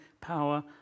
power